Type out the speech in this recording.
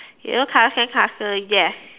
yellow color sandcastle yes